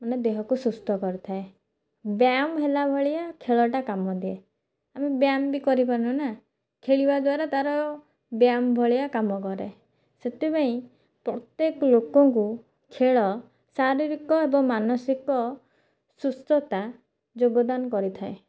ମାନେ ଦେହକୁ ସୁସ୍ଥ କରିଥାଏ ବ୍ୟାୟାମ ହେଲା ଭଳିଆ ଖେଳଟା କାମ ଦିଏ ଆମେ ବ୍ୟାୟାମ ବି କରିପାରୁନୁ ନା ଖେଳିବା ଦ୍ୱାରା ତା'ର ବ୍ୟାୟାମ ଭଳିଆ କାମ କରେ ସେଥିପାଇଁ ପ୍ରତ୍ୟେକ ଲୋକଙ୍କୁ ଖେଳ ଶାରୀରିକ ଏବଂ ମାନସିକ ସୁସ୍ଥତା ଯୋଗଦାନ କରିଥାଏ